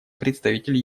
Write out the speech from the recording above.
представитель